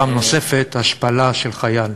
פעם נוספת השפלה של חייל.